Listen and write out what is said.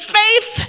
faith